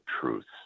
truths